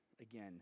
again